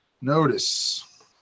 notice